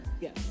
Yes